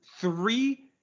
three